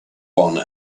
one